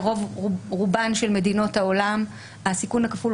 ברוב רובן של מדינות העולם הסיכון הכפול